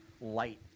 light